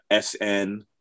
sn